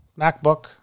MacBook